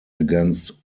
against